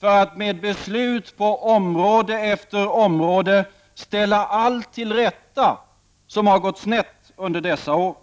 för att med beslut på område efter område ställa allt till rätta som har gått snett under dessa år.